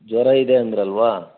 ಜ್ವರ ಇದೆ ಅಂದಿರಲ್ವಾ